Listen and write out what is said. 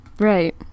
Right